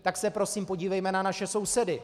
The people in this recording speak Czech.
Tak se prosím podívejme na naše sousedy.